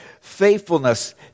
faithfulness